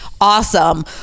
Awesome